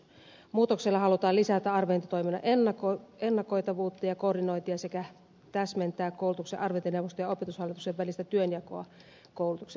muutoksella halutaan lisätä arviointitoiminnan ennakoitavuutta ja koordinointia sekä täsmentää koulutuksen arviointineuvoston ja opetushallituksen välistä työnjakoa koulutuksen arvioinnissa